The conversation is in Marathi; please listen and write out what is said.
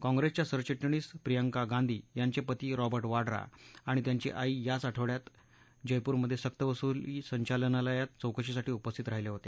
काँप्रेसच्या सरचिटणीस प्रियंका गांधी यांचे पती रॉबर्ट वाड्रा आणि त्यांची आई याच आठवड्यात जयपूरमध्ये सक्तवसुली संचलनालयात चौकशीसाठी उपस्थित राहीले होते